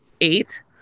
Eight